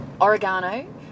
oregano